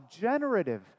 generative